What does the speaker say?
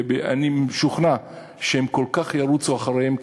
אני משוכנע שהם כל כך ירוצו אחריהם,